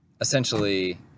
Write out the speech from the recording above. essentially